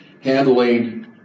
handling